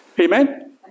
Amen